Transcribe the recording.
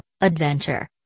Adventure